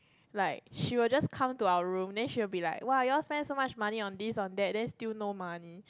like she will just come to our room then she will be like !woah! you all spend so much money on this on that then still no money